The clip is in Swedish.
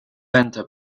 vänta